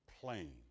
plain